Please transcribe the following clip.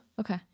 Okay